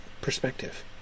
perspective